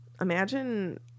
imagine